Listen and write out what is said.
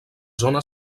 zona